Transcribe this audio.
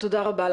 תודה רבה.